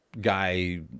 guy